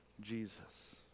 Jesus